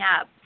up